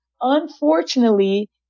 unfortunately